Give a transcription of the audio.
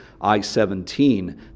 I-17